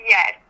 Yes